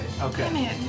Okay